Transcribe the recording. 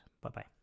Bye-bye